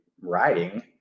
writing